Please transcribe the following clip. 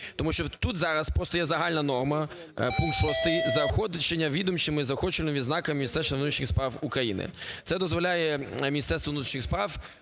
Тому що тут зараз просто є загальна норма, пункт 6: заохочення відомчими і заохочення відзнаками Міністерства внутрішніх справ України. Це дозволяє Міністерству внутрішніх справ